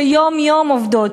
שיום-יום עובדות.